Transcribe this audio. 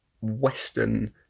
Western